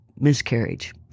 miscarriage